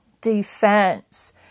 defense